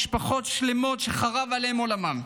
משפחות שלמות שחרב עליהן עולמן.